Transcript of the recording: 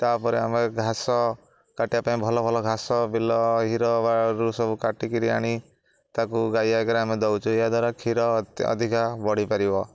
ତାପରେ ଆମେ ଘାସ କାଟିବା ପାଇଁ ଭଲ ଭଲ ଘାସ ବିଲ ହିଡ଼ ବାଡ଼ରୁ ସବୁ କାଟିକିରି ଆଣି ତାକୁ ଗାଈ ଆଗରେ ଆମେ ଦେଉଛେ ଏହାଦ୍ୱାରା କ୍ଷୀର ଅଧିକା ବଢ଼ିପାରିବ